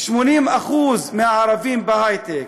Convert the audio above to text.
80% מהערבים בהיי-טק.